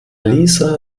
lisa